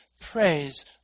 Praise